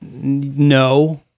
no